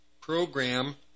program